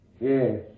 Yes